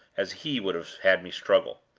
as he would have had me struggle.